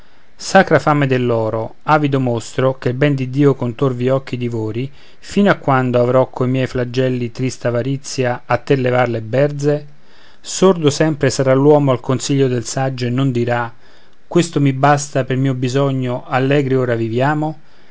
sacra fame dell'oro avido mostro che il ben di dio con torvi occhi divori fino a quando dovrò co miei flagelli trista avarizia a te levar le berze sordo sempre sarà l'uomo al consiglio del saggio e non dirà questo mi basta pel mio bisogno allegri ora viviamo